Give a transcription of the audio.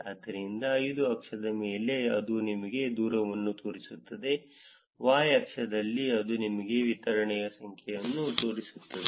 ಆದ್ದರಿಂದ x ಅಕ್ಷದ ಮೇಲೆ ಅದು ನಿಮಗೆ ದೂರವನ್ನು ತೋರಿಸುತ್ತದೆ y ಅಕ್ಷದಲ್ಲಿ ಇದು ನಿಮಗೆ ವಿತರಣೆಯ ಸಂಖ್ಯೆಯನ್ನು ತೋರಿಸುತ್ತದೆ